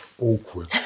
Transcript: awkward